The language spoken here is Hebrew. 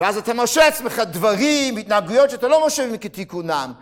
ואז אתה מרשה עצמך דברים והתנהגויות שאתה לא מרשה בימים כתיקונם.